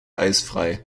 eisfrei